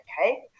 okay